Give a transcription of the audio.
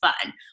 fun